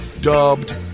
dubbed